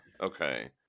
Okay